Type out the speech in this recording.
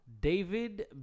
David